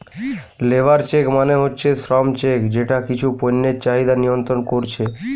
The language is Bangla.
লেবার চেক মানে হচ্ছে শ্রম চেক যেটা কিছু পণ্যের চাহিদা নিয়ন্ত্রণ কোরছে